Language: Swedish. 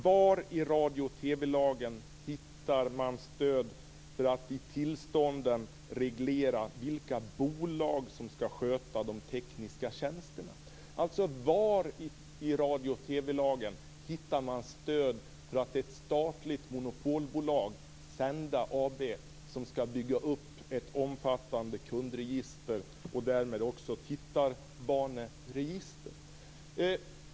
Var i radio och TV lagen hittar man stöd för att i tillstånden reglera vilka bolag som skall sköta de tekniska tjänsterna? Var i radio och TV-lagen hittar man stöd för att ett statligt monopolbolag, Senda AB, skall bygga upp ett omfattande kundregister och därmed också ett register över tittarvanor?